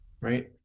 right